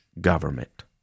government